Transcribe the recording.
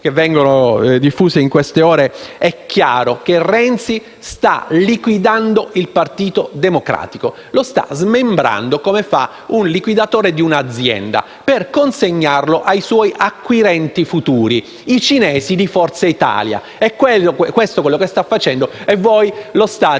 informazioni diffuse in queste ore è chiaro che Renzi sta liquidando il Partito Democratico; lo sta smembrando, come fa il liquidatore di un'azienda, per consegnarlo ai suoi acquirenti futuri, i cinesi di Forza Italia. Questo è ciò che sta facendo e voi lo state